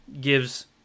gives